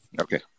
okay